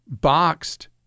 Boxed